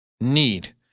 Need